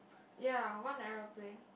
ya one aeroplane